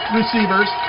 receivers